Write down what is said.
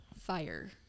fire